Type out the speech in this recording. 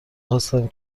خواستم